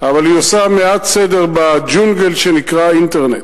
אבל היא עושה מעט סדר בג'ונגל שנקרא אינטרנט.